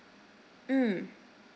mm